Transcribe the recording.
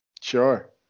Sure